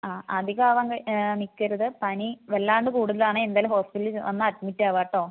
അ അധികം ആകാൻ നിൽക്കരുത് പനി വല്ലാണ്ട് കൂടുതൽ ആണെങ്കിൽ എന്തായാലും ഹോസ്പിറ്റലിൽ വന്ന് അഡ്മിറ്റ് ആകുക കെട്ടോ